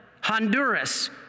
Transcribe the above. Honduras